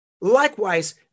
likewise